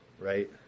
right